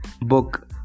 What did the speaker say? book